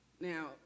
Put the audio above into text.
Now